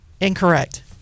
incorrect